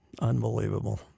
Unbelievable